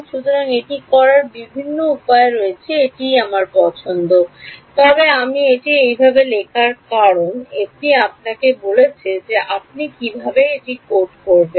সুতরাং এটি করার বিভিন্ন উপায় রয়েছে এটি আমার পছন্দ তবে আমি এটি এইভাবে লেখার কারণ এটি আপনাকে বলছে যে আপনি কীভাবে এটি কোড করবেন